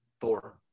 Four